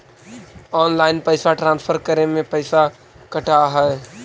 Online पैसा transfer करे में पैसा कटा है?